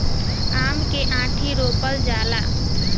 आम के आंठी रोपल जाला